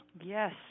yes